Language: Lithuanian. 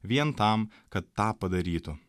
vien tam kad tą padarytų